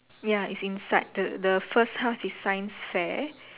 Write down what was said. ya it's inside the the first house is science fair